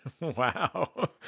Wow